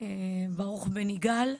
ברוך בן יגאל,